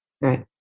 Right